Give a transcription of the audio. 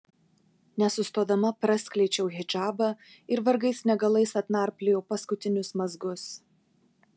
nesustodama praskleidžiau hidžabą ir vargais negalais atnarpliojau paskutinius mazgus